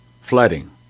flooding